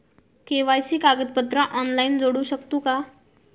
KYC कागदपत्रा online जोडू शकतू का?